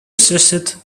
assisted